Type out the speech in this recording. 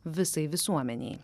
visai visuomenei